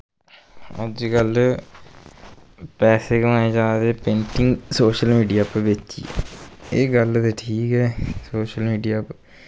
अज्जकल पैसे कमाए जा ते पेंटिंग सोशल मीडिया पर बेचियै एह् गल्ल ते ठीक ऐ सोशल मीडिया पर